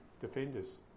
defenders